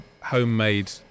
homemade